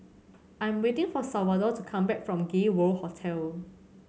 I'm waiting for Salvador to come back from Gay World Hotel